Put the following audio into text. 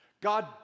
God